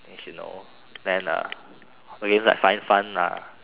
as you know then uh against like five fun lah